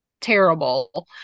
terrible